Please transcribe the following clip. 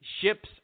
ships